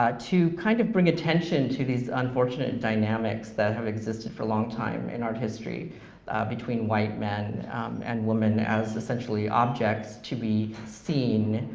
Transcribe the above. ah to kind of bring attention to these unfortunate dynamics that have existed for a long time in art history between white men and women as essentially objects to be seen,